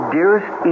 Dearest